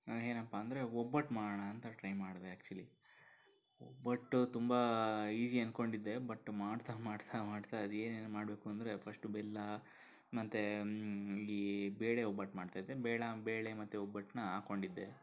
ಏನಪ್ಪ ಅಂದರೆ ಒಬ್ಬಟ್ಟು ಮಾಡೋಣ ಅಂತ ಟ್ರೈ ಮಾಡಿದೆ ಆ್ಯಕ್ಚುಲಿ ಒಬ್ಬಟ್ಟು ತುಂಬ ಈಝಿ ಅಂದ್ಕೊಂಡಿದ್ದೆ ಬಟ್ ಮಾಡುತ್ತಾ ಮಾಡುತ್ತಾ ಮಾಡುತ್ತಾ ಅದೇನೇನು ಮಾಡಬೇಕು ಅಂದರೆ ಫರ್ಸ್ಟು ಬೆಲ್ಲ ಮತ್ತೆ ಈ ಬೇಳೆ ಒಬ್ಬಟ್ಟು ಮಾಡ್ತಾಯಿದ್ದೆ ಬೇಳೆ ಬೇಳೆ ಮತ್ತೆ ಒಬ್ಬಟ್ಟನ್ನು ಹಾಕೊಂಡಿದ್ದೆ